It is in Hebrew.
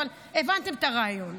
אבל הבנתם את הרעיון.